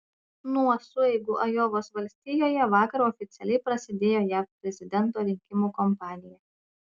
nuo sueigų ajovos valstijoje vakar oficialiai prasidėjo jav prezidento rinkimų kampanija